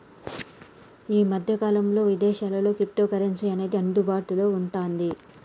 యీ మద్దె కాలంలో ఇదేశాల్లో క్రిప్టోకరెన్సీ అనేది అందుబాటులో వుంటాంది